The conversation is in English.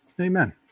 Amen